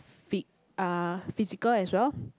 fit uh physical as well